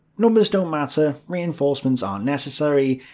numbers don't matter, reinforcements aren't necessary,